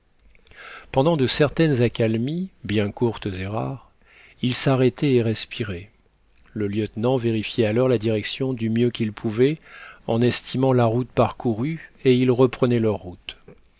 pendant de certaines accalmies bien courtes et rares ils s'arrêtaient et respiraient le lieutenant vérifiait alors la direction du mieux qu'il pouvait en estimant la route parcourue et ils reprenaient leur route